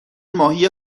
ماهی